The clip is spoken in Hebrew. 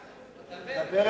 אל תתווכח, דבר.